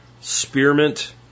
spearmint